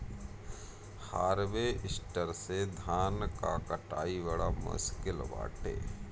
harvester से धान कअ कटाई बड़ा मुश्किल बाटे